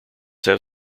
have